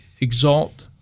exalt